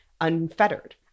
unfettered